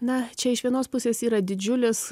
na čia iš vienos pusės yra didžiulis